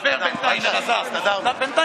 הוא יודיע